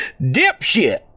Dipshit